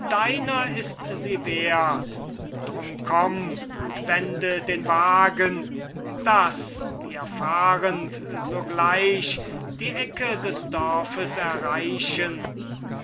deiner ist sie wert drum komm und wende den wagen daß wir fahrend sogleich die ecke des dorfes erreichen